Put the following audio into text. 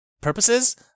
purposes